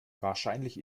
wahrscheinlich